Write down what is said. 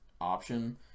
option